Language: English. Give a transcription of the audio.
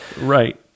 Right